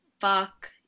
fuck